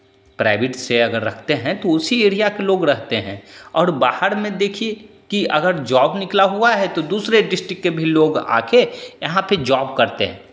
private से अगर रखते हैं तो उसी एरिया के लोग रहते हैं और बाहर में देखिए कि अगर जॉब निकला हुआ है तो दूसरे डिस्ट्रिक्ट के भी लोग आ कर यहाँ पे जॉब करते हैं